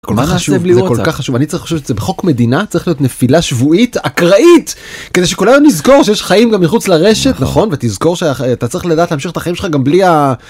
כל מה חשוב כל כך חשוב אני צריך לעשות את זה בחוק מדינה צריך להיות נפילה שבועית אקראית כדי שכולנו נזכור שיש חיים גם מחוץ לרשת נכון ותזכור שאתה צריך לדעת להמשיך את החיים שלך גם בלי.